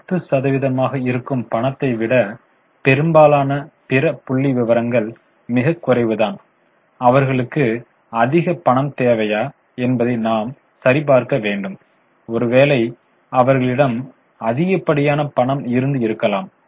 10 சதவீதமாக இருக்கும் பணத்தைவிட பெரும்பாலான பிற புள்ளிவிவரங்கள் மிக குறைவுதான் அவர்களுக்கு அதிக பணம் தேவையா என்பதை நாம் சரிபார்க்க வேண்டும் ஒருவேளை அவர்களிடம் அதிகப்படியான பணம் இருந்து இருக்கலாம்